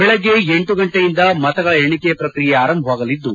ಬೆಳಗ್ಗೆ ಲ ಗಂಟೆಯಿಂದ ಮತಗಳ ಎಣಿಕೆ ಪ್ರಕ್ರಿಯೆ ಆರಂಭವಾಗಲಿದ್ದು